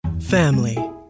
family